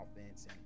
offense